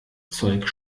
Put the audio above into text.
zeug